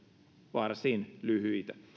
varsin lyhyitä